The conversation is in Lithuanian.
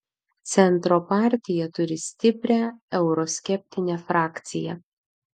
centro partija turi stiprią euroskeptinę frakciją